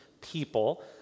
people